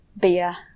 beer